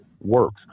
works